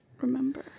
remember